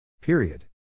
Period